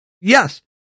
Yes